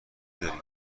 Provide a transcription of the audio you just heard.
داریم